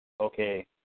Okay